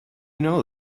know